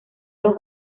los